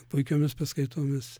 puikiomis paskaitomis